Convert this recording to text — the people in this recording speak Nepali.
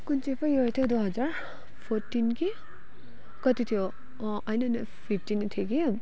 कुन चाहिँ पो इयर थियो हौ दुई हजार फोर्टिन कि कति थियो होइन होइन फिप्टिन थियो कि